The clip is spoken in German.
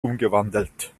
umgewandelt